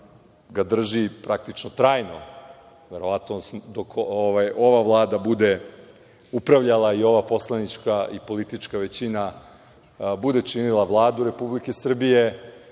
ga drži praktično trajno, verovatno dok ova Vlada bude upravljala i ova poslanička i politička većina bude činila Vladu Republike Srbije.